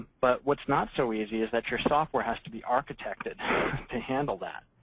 but what's not so easy is that your software has to be architected to handle that.